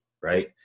right